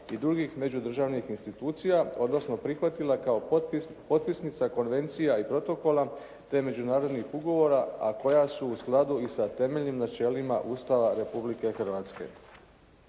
i drugih međudržavnih institucija, odnosno prihvatila kao potpisnica konvencija i protokola te međunarodnih ugovora, a koja su u skladu i sa temeljnim načelima Ustava Republike Hrvatske.